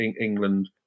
England